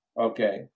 okay